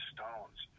Stones